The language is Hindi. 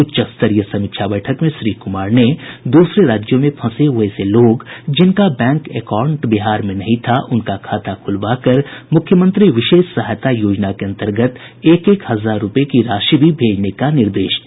उच्च स्तरीय समीक्षा बैठक में श्री कुमार ने दूसरे राज्यों में फंसे वैसे लोग जिनका बैंक अकाउंट बिहार में नहीं था उनका खाता खुलवाकर मुख्यमंत्री विशेष सहायता योजना के अन्तर्गत एक एक हजार रूपये की राशि भी भेजने का निर्देश दिया